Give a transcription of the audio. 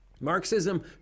Marxism